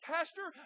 Pastor